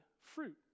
fruit